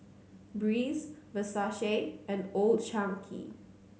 Breeze Versace and Old Chang Kee